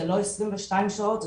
זה לא 22 שעות.